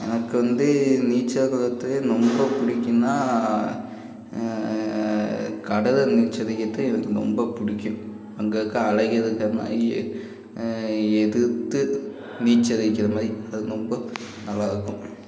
எனக்கு வந்து நீச்சல் க கற்றுக்க என் ரொம்ப பிடிக்குன்னா கடலில் நீச்சலடிக்கிறத்து எனக்கு ராெம்ப பிடிக்கும் அங்கே இருக்கற அலைகள் கம்மியாகி எதுர்த்து நீச்சலடிக்கிற மாதிரி அது ரொம்ப நல்லாயிருக்கும்